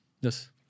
Yes